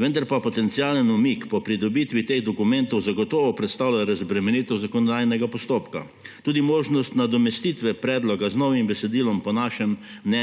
Vendar pa potencialen umik po pridobitvi teh dokumentov zagotovo predstavlja razbremenitev zakonodajnega postopka. Tudi možnost nadomestitve predloga z novim besedilom po našem mnenju